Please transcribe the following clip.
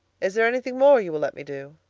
is there anything more you will let me do?